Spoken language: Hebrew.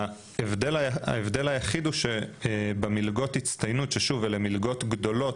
ההבדל היחיד הוא שבמלגות ההצטיינות שהן מלגות גדולות